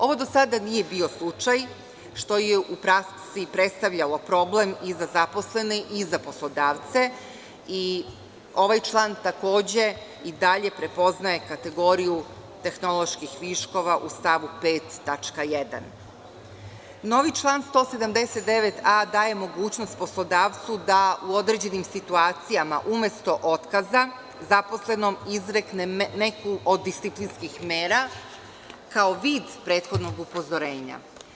Ovo do sada nije bio slučaj, što je u praksi predstavljalo problem i za zaposlene i za poslodavce i ovaj član takođe i dalje prepoznaje kategoriju tehnoloških viškova u stavu 5. tačka 1. Novi član 179a daje mogućnost poslodavcu da u određenim situacijama umesto otkaza zaposlenom izrekne neku od disciplinskih mera, kao vid prethodnog upozorenja.